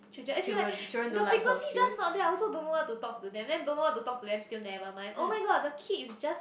children as in right the frequency just not there I also don't know what to talk to them then don't know talk to them still never mind oh-my-god the kid is just